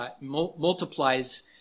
multiplies